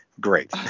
Great